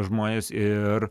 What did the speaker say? žmonės ir